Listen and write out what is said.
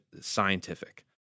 scientific